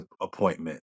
appointment